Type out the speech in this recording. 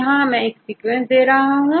अब मैं एक सीक्वेंस दे रहा हूं